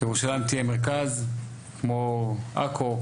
ירושלים תהיה המרכז כמו עכו,